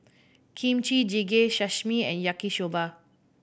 Kimchi Jjigae Sashimi and Yaki Soba